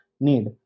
need